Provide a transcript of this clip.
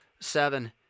seven